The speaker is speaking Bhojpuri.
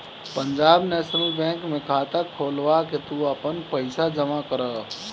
पंजाब नेशनल बैंक में खाता खोलवा के तू आपन पईसा जमा करअ